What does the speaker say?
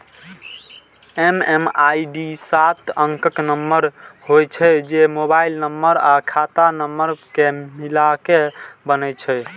MMID सात अंकक number होइ छै, जे मोबाइल नंबर आ खाता नंबर कें मिलाके बनै छै